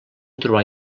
trobar